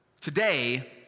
Today